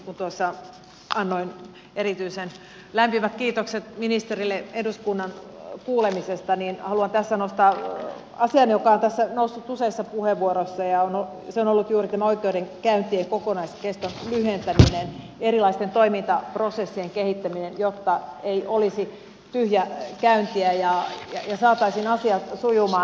kun tuossa annoin erityisen lämpimät kiitokset ministerille eduskunnan kuulemisesta niin haluan tässä nostaa esille asian joka on noussut useissa puheenvuoroissa esille ja se on juuri tämä oikeudenkäyntien kokonaiskeston lyhentäminen ja erilaisten toimintaprosessien kehittäminen jotta ei olisi tyhjäkäyntiä ja saataisiin asiat sujumaan